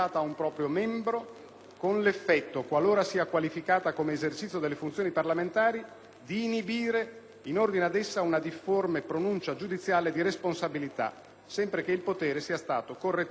con l'effetto, qualora sia qualificata come esercizio delle funzioni parlamentari, di inibire in ordine ad essa una difforme pronuncia giudiziale di responsabilità, sempre che il potere sia stato correttamente esercitato.